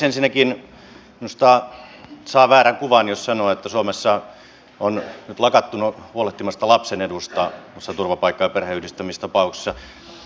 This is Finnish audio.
ensinnäkin minusta saa väärän kuvan jos sanoo että suomessa on nyt lakattu huolehtimasta lapsen edusta noissa turvapaikka ja perheenyhdistämistapauksissa